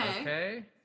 Okay